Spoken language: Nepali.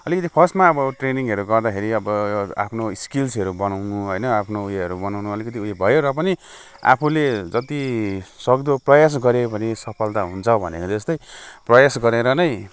अलिकति फर्स्टमा अब ट्रेनिङहरू गर्दाखेरि अब आफ्नो स्किल्सहरू बनाउनु होइन आफ्नो उयोहरू बनाउनु अलिकति उयो भयो र पनि आफूले जति सक्दो प्रयास गर्यो भने सफलता हुन्छ भनेको जस्तै प्रयास गरेर नै